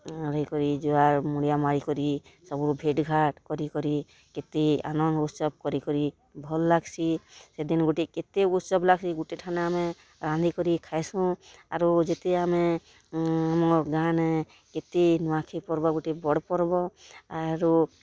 ହେଇକରି ଜୁହାର୍ ମୁଡ଼ିଆ ମାରିକରି ସବୁ ଭେଟ୍ ଘାଟ୍ କରିକରି କେତେ ଆନନ୍ଦ୍ ଉତ୍ସବ୍ କରିକରି ଭଲ୍ଲାଗ୍ସି ସେଦିନ୍ ଗୁଟେ କେତେ ଉତ୍ସବ୍ ଲାଗ୍ସି ଗୁଟେ ଠାନେ ଆମେ ରାନ୍ଧିକରି ଖାଏସୁଁ ଆରୁ ଯେତେ ଆମେ ଆମ ଗାଁନେ କେତେ ନୂଆଖାଇ ପର୍ବ ଗୁଟେ ବଡ଼୍ ପର୍ବ ଆରୁ